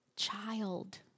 Child